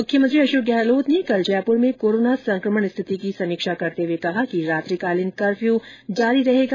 मुख्यमंत्री अशोक गहलोत ने कल जयपूर में कोरोना संकमण स्थिति की समीक्षा करते हुए कहा कि रात्रिकालीन कफर्यू जारी रहेगा